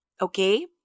Okay